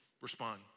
respond